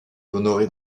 honorée